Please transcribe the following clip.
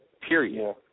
Period